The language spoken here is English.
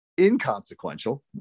inconsequential